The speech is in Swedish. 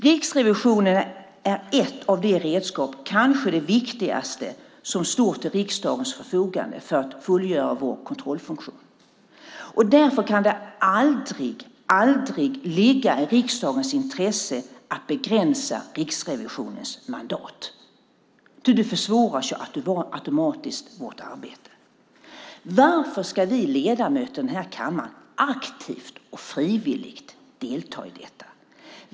Riksrevisionen är ett av de redskap, kanske det viktigaste, som står till riksdagens förfogande för att fullgöra vår kontrollfunktion. Därför kan det aldrig ligga i riksdagens intresse att begränsa Riksrevisionens mandat ty då försvåras automatiskt vårt arbete. Varför ska vi ledamöter i den här kammaren aktivt och frivilligt delta i detta?